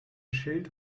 schild